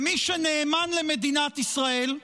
ומי שנאמן למדינת ישראל,